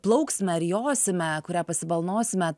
plauksime ar josime kurią pasibalnosime